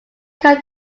can